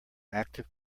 active